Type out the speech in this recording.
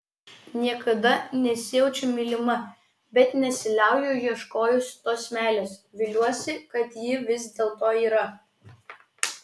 niekada nesijaučiau mylima bet nesiliauju ieškojusi tos meilės viliuosi kad ji vis dėlto yra